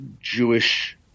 Jewish